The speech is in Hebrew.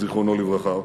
זיכרונו לברכה,